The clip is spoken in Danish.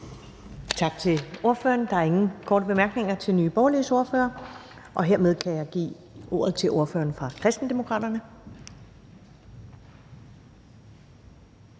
Tak til ordføreren. Der er ingen korte bemærkninger til Nye Borgerliges ordfører, og hermed kan jeg give ordet til ordføreren for Kristendemokraterne,